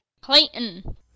Clayton